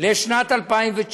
לשנת 2019,